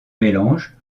mélange